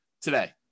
today